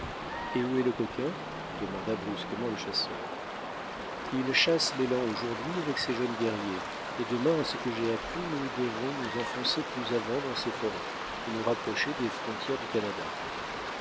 et où est le coquin demanda brusquement le chasseur il chasse l'élan aujourd'hui avec ses jeunes guerriers et demain à ce que j'ai appris nous devons nous enfoncer plus avant dans ces forêts et nous rapprocher des frontières du canada